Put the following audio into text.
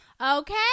Okay